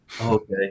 okay